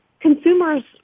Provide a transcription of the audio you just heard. Consumers